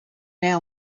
our